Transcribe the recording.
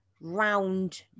round